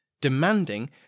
demanding